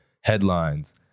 headlines